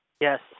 Yes